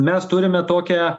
mes turime tokią